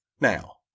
now